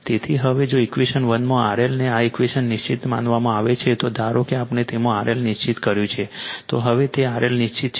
તેથી હવે જો ઈક્વેશન 1 માં RL ને આ ઈક્વેશન નિશ્ચિત માનવામાં આવે છે તો ધારો કે આપણે તેમાં RL નિશ્ચિત કર્યું છે તો કહો કે RL નિશ્ચિત છે